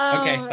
ok, so